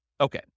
Okay